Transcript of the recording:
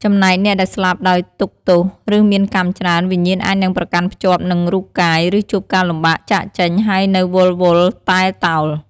ចំណែកអ្នកដែលស្លាប់ដោយទុក្ខទោស ឬមានកម្មច្រើន វិញ្ញាណអាចនឹងប្រកាន់ភ្ជាប់នឹងរូបកាយ ឬជួបការលំបាកចាកចេញ ហើយនៅវិលវល់ តែលតោល។